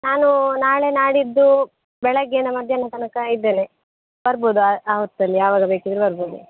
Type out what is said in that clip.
ನಾನು ನಾಳೆ ನಾಡಿದ್ದು ಬೆಳಗ್ಗೆಯಿಂದ ಮಧ್ಯಾಹ್ನ ತನಕ ಇದ್ದೇನೆ ಬರ್ಬೌದು ಆ ಆ ಹೊತ್ತಲ್ಲಿ ಯಾವಾಗ ಬೇಕಿದ್ದರೂ ಬರ್ಬೌದು